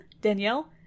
Danielle